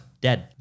Dead